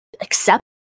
accept